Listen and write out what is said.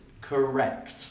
correct